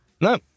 No